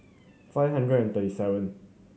five hundred and thirty seven